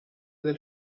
del